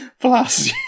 plus